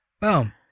Boom